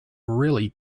really